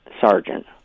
sergeant